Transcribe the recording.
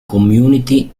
community